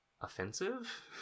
offensive